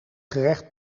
gerecht